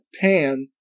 pan